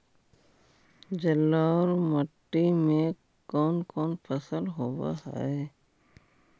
जलोढ़ मट्टी में कोन कोन फसल होब है?